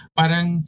parang